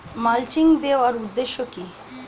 Mulching দেওয়ার উদ্দেশ্য কি?